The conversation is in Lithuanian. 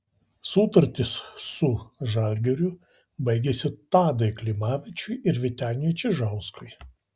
sutartys su žalgiriu baigėsi tadui klimavičiui ir vyteniui čižauskui